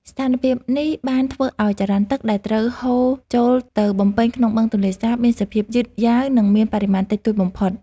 ស្ថានភាពនេះបានធ្វើឱ្យចរន្តទឹកដែលត្រូវហូរចូលទៅបំពេញក្នុងបឹងទន្លេសាបមានសភាពយឺតយ៉ាវ និងមានបរិមាណតិចតួចបំផុត។